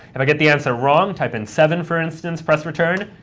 if i get the answer wrong, type in seven for instance, press return,